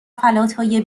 فلاتهای